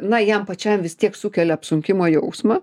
na jam pačiam vis tiek sukelia apsunkimo jausmą